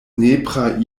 nepra